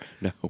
No